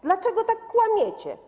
Dlaczego tak kłamiecie?